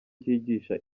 cyigisha